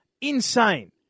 insane